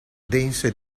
dense